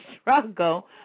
struggle